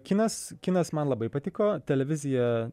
kinas kinas man labai patiko televizija